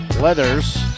Leathers